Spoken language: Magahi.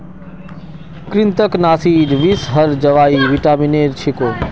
कृन्तकनाशीर विषहर दवाई विटामिनेर छिको